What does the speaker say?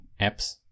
apps